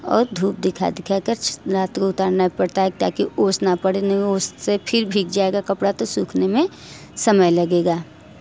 और धूप दिखा दिखा कर छ रात को उतारना पड़ता है ताकि ओस न पड़े नहीं ओस से फिर भीग जाएगा कपड़ा तो सूखने में समय लगेगा